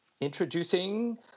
Introducing